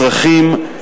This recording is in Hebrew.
הצרכים,